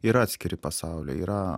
yra atskiri pasauliai yra